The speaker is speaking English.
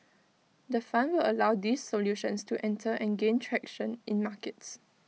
the fund allow these solutions to enter and gain traction in markets